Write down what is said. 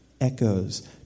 Echoes